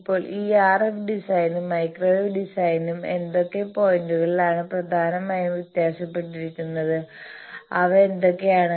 ഇപ്പോൾ ഈ RF ഡിസൈനും മൈക്രോവേവ് ഡിസൈനും ഏതൊക്കെ പോയിന്റുകളിലാണ് പ്രധാനമായും വ്യത്യാസപ്പെട്ടിരിക്കുന്നത് അവ എന്തൊക്കെയാണ്